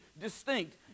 distinct